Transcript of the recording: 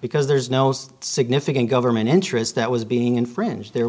because there's no most significant government interest that was being infringed there